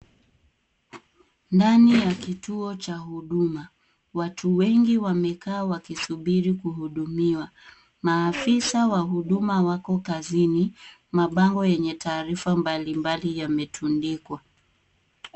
Ndani ya kituo cha huduma ,watu wengi wamekaa wakisubiri kuhudumiwa. Maafisa wa huduma wako kazini. Mabango yenye taarifa mbalimbali yametundikwa.